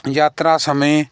ਯਾਤਰਾ ਸਮੇਂ